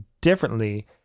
differently